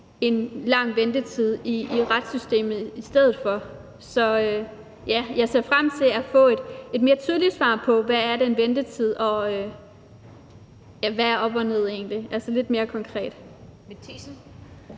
en lang ventetid i retssystemet i stedet for. Så jeg ser frem til at få et mere tydeligt svar på, hvad ventetiden er, og hvad op og ned egentlig er – altså noget lidt mere konkret.